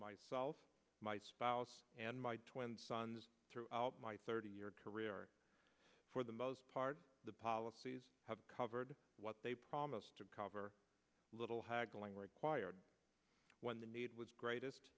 myself my spouse and my twin sons throughout my thirty year career for the most part the policies have covered what they promised to cover a little haggling required when the need was greatest